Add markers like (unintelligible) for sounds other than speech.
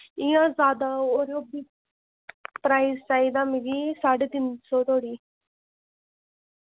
इय्यां ज्यादा (unintelligible) साढे तिन सौ धोड़ी